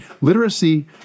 Literacy